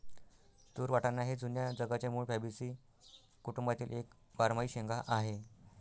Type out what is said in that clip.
तूर वाटाणा हे जुन्या जगाच्या मूळ फॅबॅसी कुटुंबातील एक बारमाही शेंगा आहे